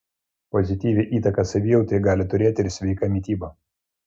pozityvią įtaką savijautai gali turėti ir sveika mityba